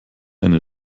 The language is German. eine